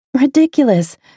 Ridiculous